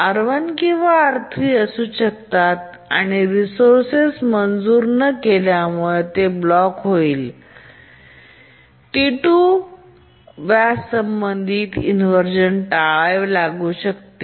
R1 किंवा R3 असू शकतात आणि रिसोर्सस मंजूर न केल्यामुळे ते ब्लॉक होईल आणि T2 व्यास संबंधित इन्व्हरझेन टाळावे लागू शकते